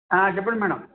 చెప్పండి మ్యాడమ్